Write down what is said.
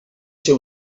ser